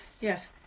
yes